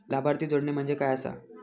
लाभार्थी जोडणे म्हणजे काय आसा?